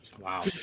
Wow